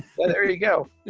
well, there you go.